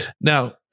Now